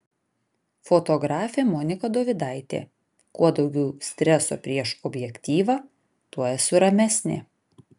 fotografė monika dovidaitė kuo daugiau streso prieš objektyvą tuo esu ramesnė